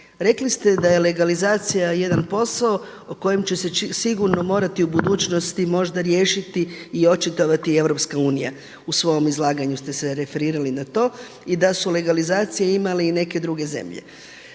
Rekli ste da je legalizacija jedan posao o kojem će se sigurno morati u budućnosti možda riješiti i očitovati Europska unija, u svom izlaganju ste se referirali na to i da su legalizacije imale i neke druge zemlje.